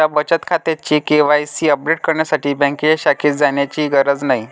तुमच्या बचत खात्याचे के.वाय.सी अपडेट करण्यासाठी बँकेच्या शाखेत जाण्याचीही गरज नाही